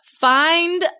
Find